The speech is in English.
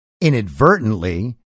inadvertently